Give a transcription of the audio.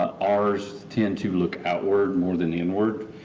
ours tend to look outward more than inward.